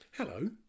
Hello